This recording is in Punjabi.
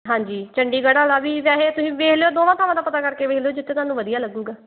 ਹਾਂਜੀ ਚੰਡੀਗੜ੍ਹ ਵਾਲਾ ਵੀ ਵੈਸੇ ਤੁਸੀਂ ਦੇਖ ਲਿਓ ਦੋਵੇਂ ਥਾਵਾਂ ਦਾ ਪਤਾ ਕਰ ਕੇ ਦੇਖ ਲਿਓ ਜਿੱਥੇ ਤੁਹਾਨੂੰ ਵਧੀਆ ਲੱਗੂ ਗਾ